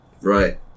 Right